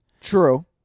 True